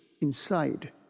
inside